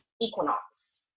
equinox